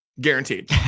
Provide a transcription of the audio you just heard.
guaranteed